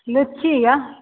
लीची यऽ